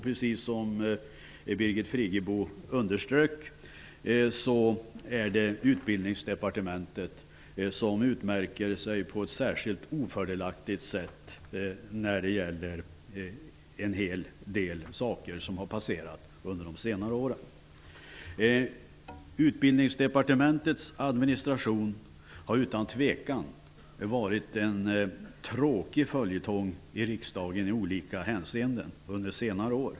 Precis som Birgit Friggebo underströk är det Utbildningsdepartementet som utmärker sig på ett särskilt ofördelaktigt sätt när det gäller en hel del saker som har passerat under de senaste åren. Utbildningsdepartementets administration har under senare år utan tvekan varit en tråkig följetong i riksdagen i olika hänseenden.